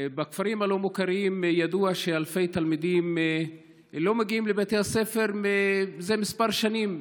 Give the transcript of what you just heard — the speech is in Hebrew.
בכפרים הלא-מוכרים ידוע שאלפי תלמידים לא מגיעים לבתי הספר זה כמה שנים,